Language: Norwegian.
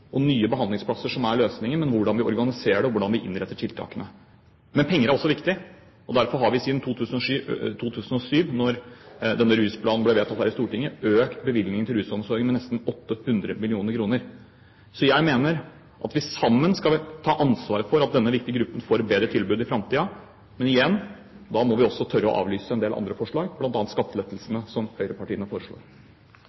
og nye behandlingsplasser som er løsningen, men hvordan vi organiserer det, og hvordan vi innretter tiltakene. Men penger er også viktig, og derfor har vi siden 2007, da rusplanen ble vedtatt her i Stortinget, økt bevilgningene til rusomsorgen med nesten 800 mill. kr. Så jeg mener at vi sammen skal ta ansvaret for at denne viktige gruppen får et bedre tilbud i framtiden, men, igjen, da må vi også tørre å avlyse en del andre forslag,